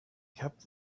kept